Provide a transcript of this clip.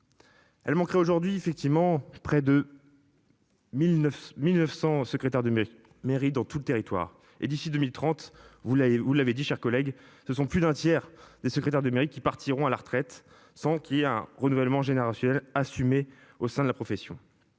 Elle manquerait aujourd'hui effectivement près de. 1009 1900. Secrétaire de mes mérites dans tout le territoire et d'ici 2030. Vous l'avez, vous l'avez dit, chers collègues, ce sont plus d'un tiers des secrétaires de mairie qui partiront à la retraite sans qui un renouvellement générationnel assumer au sein de la profession.